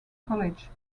college